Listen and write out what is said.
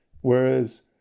whereas